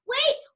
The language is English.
Wait